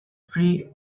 free